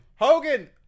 Hogan